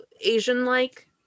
asian-like